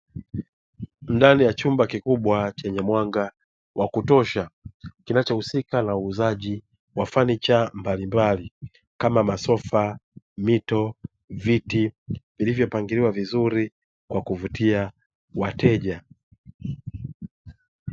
Ndani ya chumba kikubwa chenye mwanga wa kutosha kinachohusika na uuzaji wa fenicha mbalimbali kama masofa, mito, viti vilivyopangiliwa vizuri kwa kuvutia wateja.